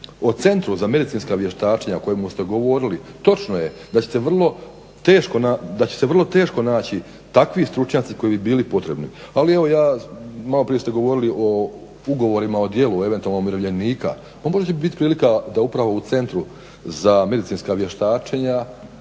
O Centru za medicinska vještačenja o kojemu ste govorili točno je da će se vrlo teško naći takvi stručnjaci koji bi bili potrebni. Ali evo malo prije ste govorili o ugovorima o djelu eventualno umirovljenika, pa možda će biti prilika da upravo u Centru za medicinska vještačenja